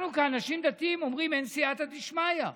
אנחנו כאנשים דתיים אומרים: אין סייעתא דשמיא.